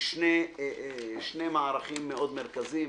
בשני מערכים מאוד מרכזיים.